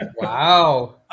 Wow